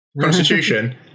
Constitution